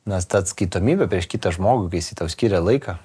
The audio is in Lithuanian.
nes ta atskaitomybė prieš kitą žmogų kai jisai tau skiria laiką